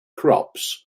crops